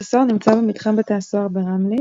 בית הסוהר נמצא במתחם בתי הסוהר ברמלה,